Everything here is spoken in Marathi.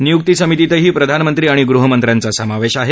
निय्क्तीसमितीतही प्रधानमंत्री आणि गृहमंत्र्यांचा समावेश आहे